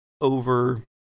over